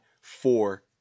four